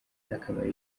n’akamaro